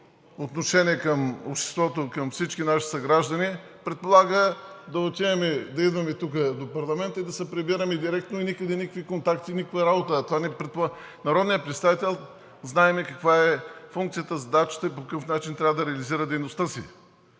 отношение към обществото, към всички наши съграждани, да идваме тук до парламента, да се прибираме директно и никъде никакви контакти, никаква работа, а знаем каква е функцията, задачата и по какъв начин трябва да реализира дейността си,